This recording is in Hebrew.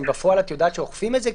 האם בפועל את יודעת שאוכפים את זה,